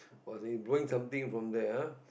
was he blowing something from there ah